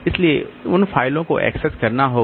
इसलिए उन फ़ाइलों को एक्सेस करना होगा